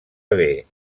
haver